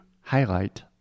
highlight